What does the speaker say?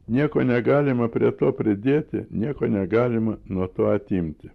nieko negalima prie to pridėti nieko negalima nuo to atimti